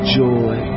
joy